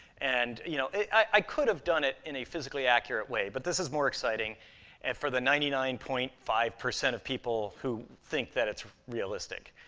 and you know, i could have done it in a physically accurate way, but this is more exciting and for the ninety nine point five of people who think that it's realistic.